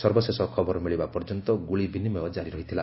ସର୍ବଶେଷ ଖବର ମିଳିବା ପର୍ଯ୍ୟନ୍ତ ଗୁଳି ବିନିମୟ ଜାରି ଥିଲା